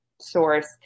source